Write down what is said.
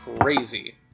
crazy